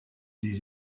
des